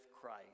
Christ